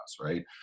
right